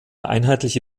einheitliche